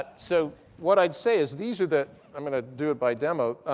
ah so what i'd say is these are the i'm going to do it by demo.